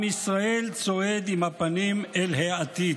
עם ישראל צועד עם הפנים אל העתיד.